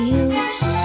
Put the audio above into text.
use